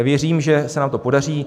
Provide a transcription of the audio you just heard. Věřím, že se nám to podaří.